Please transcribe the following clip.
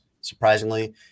surprisingly